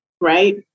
Right